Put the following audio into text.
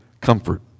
comfort